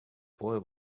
boy